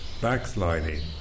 backsliding